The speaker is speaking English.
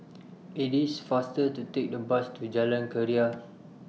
IT IS faster to Take The Bus to Jalan Keria